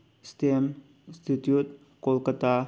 system institute Kolkata